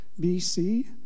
BC